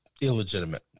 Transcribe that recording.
illegitimate